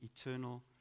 eternal